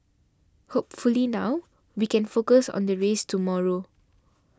hopefully now we can focus on the race tomorrow